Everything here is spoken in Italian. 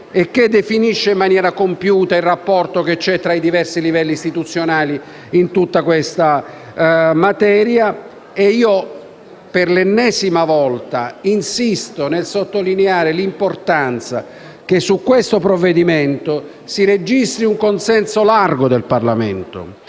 e che definisce in maniera compiuta il rapporto esistente tra i diversi livelli istituzionali in tutta la materia. Inoltre, per l'ennesima volta insisto nel sottolineare l'importanza che sul provvedimento in esame si registri un consenso largo del Parlamento.